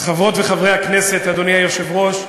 חברות וחברי הכנסת, אדוני היושב-ראש,